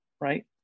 right